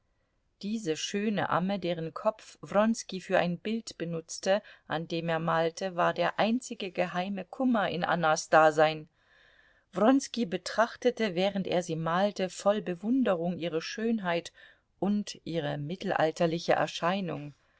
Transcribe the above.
diese schöne amme deren kopf wronski für ein bild benutzte an dem er malte war der einzige geheime kummer in annas dasein wronski betrachtete während er sie malte voll bewunderung ihre schönheit und ihre mittelalterliche erscheinung